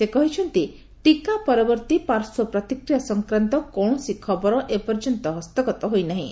ସେ କହିଛନ୍ତି ଟିକା ପରବର୍ତ୍ତୀ ପାର୍ଶ୍ୱ ପ୍ରତିକ୍ରିୟା ସଂକ୍ରାନ୍ତ କୌଣସି ଖବର ଏପର୍ଯ୍ୟନ୍ତ ହସ୍ତଗତ ହୋଇନାହିଁ